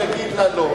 הוא יגיד לה לא.